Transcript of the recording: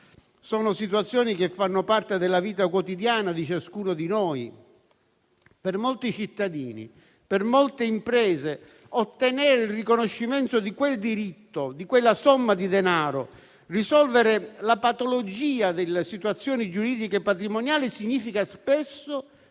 Sono situazioni che fanno parte della vita quotidiana di ciascuno di noi. Per molti cittadini e per molte imprese ottenere il riconoscimento di quel diritto, di una somma di denaro o risolvere la patologia di situazioni giuridiche e patrimoniali significa spesso poter